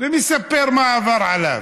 ומספר מה עבר עליו,